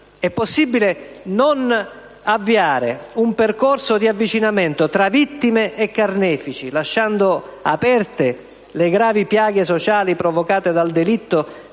È possibile non avviare un percorso di avvicinamento tra vittime e carnefici, lasciando aperte le gravi piaghe sociali provocate dal delitto,